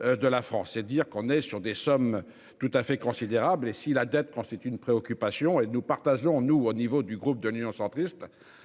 De la France, c'est dire qu'on est sur des sommes tout à fait considérable et si la dette constitue une préoccupation et nous partageons-nous au niveau du groupe de l'Union centriste.